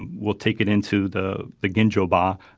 and we'll take it into the the ginjo-ba,